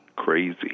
crazy